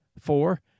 Four